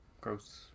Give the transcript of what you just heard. Gross